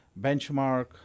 benchmark